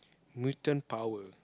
mutant power